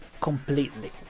completely